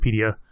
Wikipedia